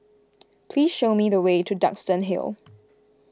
please show me the way to Duxton Hill